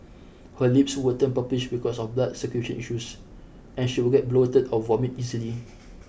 her lips would turn purplish because of blood circulation issues and she would get bloated or vomit easily